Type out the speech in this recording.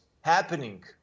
happening